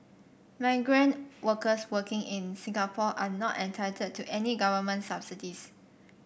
migrant workers working in Singapore are not entitled to any government subsidies